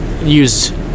use